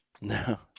No